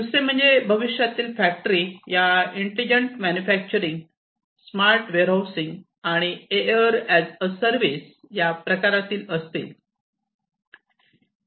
दुसरे म्हणजे भविष्यातील फॅक्टरी या intelligent manufacturing smart warehousing आणि एयर अॅज अ सर्विस या प्रकारातील असतील